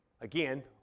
Again